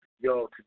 Yo